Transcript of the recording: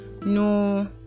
no